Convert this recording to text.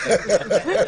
בבקשה.